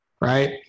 right